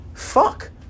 Fuck